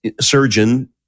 surgeon